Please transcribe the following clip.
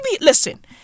listen